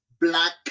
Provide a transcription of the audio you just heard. black